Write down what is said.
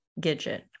gidget